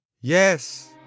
Yes